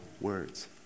words